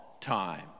time